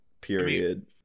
period